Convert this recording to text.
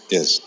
Yes